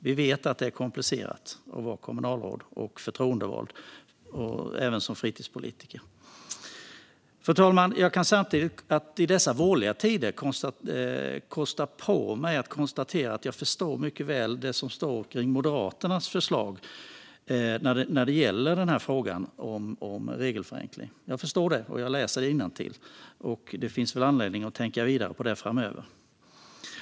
Vi vet att det är komplicerat att vara kommunalråd och förtroendevald även som fritidspolitiker. I dessa vårliga tider kan jag kosta på mig att konstatera att jag mycket väl förstår det som står kring Moderaternas förslag när det gäller frågan om regelförenkling. Jag förstår det, och jag läser innantill. Det finns väl anledning att tänka vidare på det framöver.